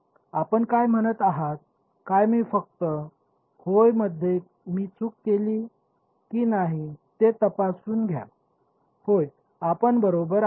आपण काय म्हणत आहात काय मी फक्त होय मध्ये मी चूक केली की नाही ते तपासू द्या होय आपण बरोबर आहात हो